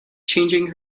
changing